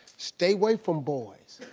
stay away from boys.